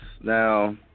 Now